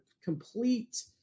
complete